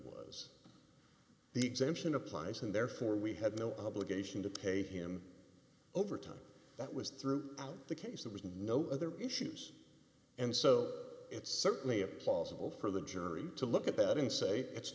the exemption applies and therefore we had no obligation to pay him overtime that was through out the case there was no other issues and so it's certainly a plausible for the jury to look at that in say it's